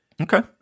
Okay